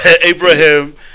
Abraham